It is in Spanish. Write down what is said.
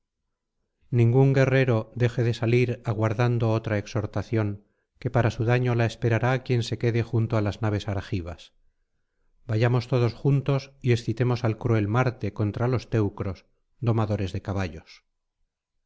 ningún guerrero deje de salir aguardando otra exhortación que para su daño la esperará quien se quede junto á las naves argivas vayamos todos juntos y excitemos al cruel marte contra los teucros domadores de caballos